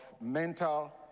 mental